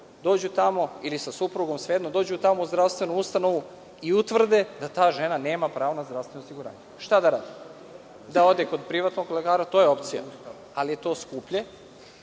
dođu tamo, ili sa suprugom, svejedno, dođu tamo u zdravstvenu ustanovu i utvrde da ta žena nema pravo na zdravstveno osiguranje. Šta da radi? Da ode kod privatnog lekara, to je opcija, ali je to skuplje.